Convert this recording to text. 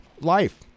Life